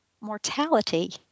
mortality